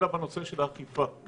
אלא בנושא של האכיפה.